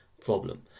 problem